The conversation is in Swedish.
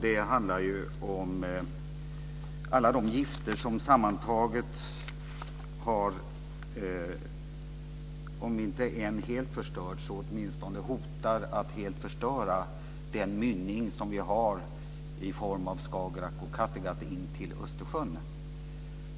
Det handlar om alla de gifter som sammantaget har, om inte än helt förstört så åtminstone hotar att helt förstöra den mynning som vi har i form av Skagerrak och Kattegatt intill Östersjön.